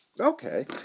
Okay